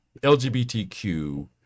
LGBTQ